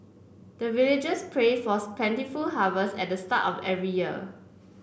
the villagers pray for plentiful harvest at the start of every year